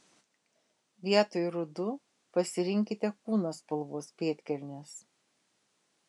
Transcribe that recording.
vietoj rudų pasirinkite kūno spalvos pėdkelnes